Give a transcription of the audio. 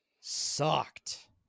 sucked